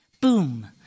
Boom